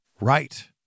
right